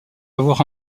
avoir